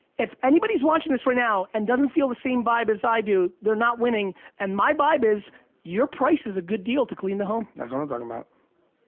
if anybody's watching this right now and doesn't feel the same vibe as i do, they're not winning and my vibe is your price is a good deal to clean the home. that's what i'm talking about.